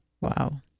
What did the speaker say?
Wow